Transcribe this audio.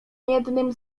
jednym